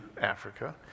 Africa